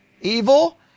evil